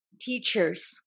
teachers